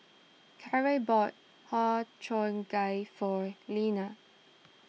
Kiarra bought Har Cheong Gai for Leeann